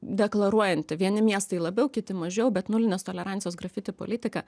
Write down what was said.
deklaruojanti vieni miestai labiau kiti mažiau bet nulinės tolerancijos grafiti politiką